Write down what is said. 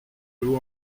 vous